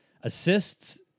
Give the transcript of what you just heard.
Assists